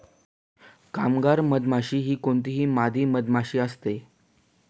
कामगार मधमाशी ही कोणतीही मादी मधमाशी असते